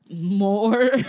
more